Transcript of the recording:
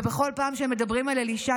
ובכל פעם שהם מדברים על אלישע,